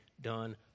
done